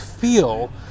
feel